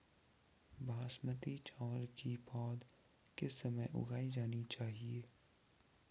बासमती चावल की पौध किस समय उगाई जानी चाहिये?